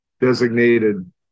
designated